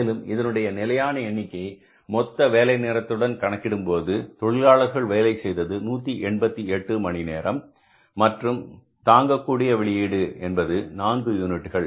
மேலும் இதனுடைய நிலையான எண்ணிக்கையை மொத்த வேலை நேரத்துடன் கணக்கிடும்போது தொழிலாளர்கள் வேலை செய்தது 188 மணி நேரம் மற்றும் தாங்கக்கூடிய வெளியீடு என்பது நான்கு யூனிட்டுகள்